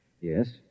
Yes